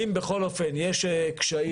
אם בכל אופן יש קשיים,